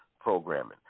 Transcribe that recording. programming